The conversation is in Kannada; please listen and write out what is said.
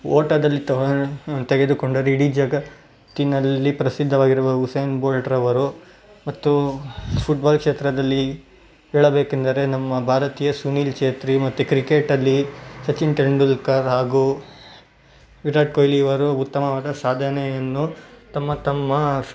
ಓಟದಲ್ಲಿ ತಗ ತೆಗೆದುಕೊಂಡರೆ ಇಡೀ ಜಗತ್ತಿನಲ್ಲಿ ಪ್ರಸಿದ್ಧವಾಗಿರುವ ಉಸೇನ್ ಬೋಲ್ಟ್ರವರು ಮತ್ತು ಫುಟ್ಬಾಲ್ ಕ್ಷೇತ್ರದಲ್ಲಿ ಹೇಳಬೇಕಂದರೆ ನಮ್ಮ ಭಾರತೀಯ ಸುನೀಲ್ ಚೇತ್ರಿ ಮತ್ತು ಕ್ರಿಕೆಟಲ್ಲಿ ಸಚಿನ್ ತೆಂಡೂಲ್ಕರ್ ಹಾಗೂ ವಿರಾಟ್ ಕೊಹ್ಲಿ ಇವರು ಉತ್ತಮವಾದ ಸಾಧನೆಯನ್ನು ತಮ್ಮ ತಮ್ಮ